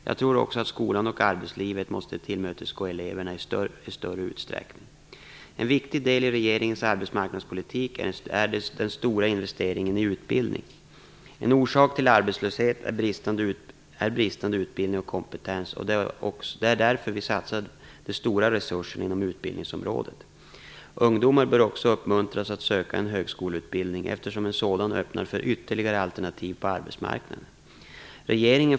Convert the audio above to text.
Jag tror också att skolan och arbetslivet måste tillmötesgå eleverna i större utsträckning. En viktig del i regeringens arbetsmarknadspolitik är den stora investeringen i utbildning. En orsak till arbetslöshet är bristande utbildning och kompetens, och det är därför vi satsar de stora resurserna inom utbildningsområdet. Ungdomar bör också uppmuntras att söka en högskoleutbildning, eftersom en sådan öppnar för ytterligare alternativ på arbetsmarknaden.